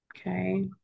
Okay